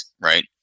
right